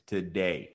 Today